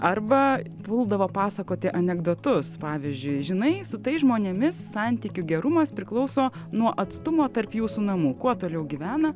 arba puldavo pasakoti anekdotus pavyzdžiui žinai su tais žmonėmis santykių gerumas priklauso nuo atstumo tarp jūsų namų kuo toliau gyvena